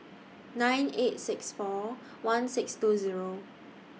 nine eight six four one six two Zero